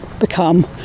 become